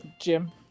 Jim